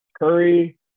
Curry